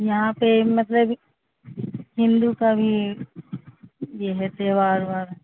یہاں پہ مطلب ہندو کا بھی یہ ہے تہوار وار